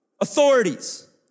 authorities